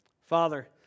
Father